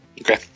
Okay